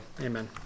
Amen